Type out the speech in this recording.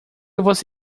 você